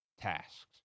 tasks